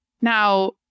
Now